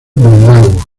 lago